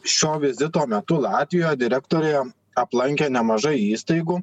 šio vizito metu latvijoj direktorė aplankė nemažai įstaigų